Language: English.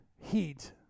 heat